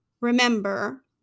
remember